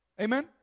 Amen